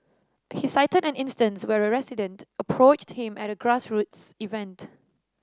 he cited an instance where a resident approached him at a grassroots event